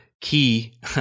key